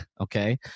okay